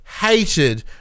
hated